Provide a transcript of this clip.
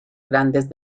grandes